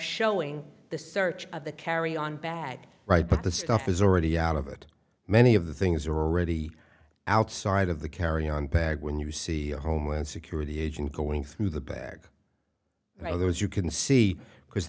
showing the search of the carry on bag right but the stuff is already out of it many of the things are already outside of the carry on bag when you see a homeland security agent going through the bag and either as you can see because